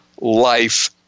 life